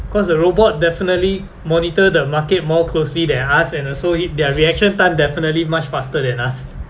cause the robot definitely monitor the market more closely than us and also hit their reaction time definitely much faster than us